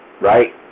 right